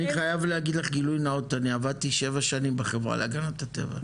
אני חייב להגיד לך גילוי נאות אני עבדתי שבע שנים בחברה להגנת הטבע.